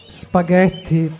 spaghetti